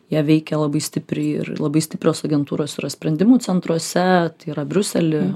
ją veikia labai stipriai ir labai stiprios agentūros yra sprendimų centruose tai yra briusely